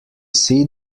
see